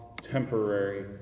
temporary